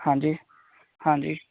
ਹਾਂਜੀ ਹਾਂਜੀ